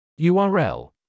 URL